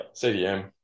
CDM